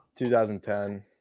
2010